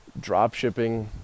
dropshipping